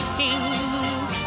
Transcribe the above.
kings